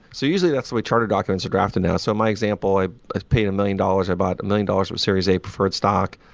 so usually, that's what a charter documents are drafted now. so my example, i paid a million dollars, i bought a million dollars of series a preferred stock.